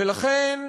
ולכן,